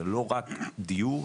זה לא רק דיור,